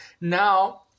Now